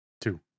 Two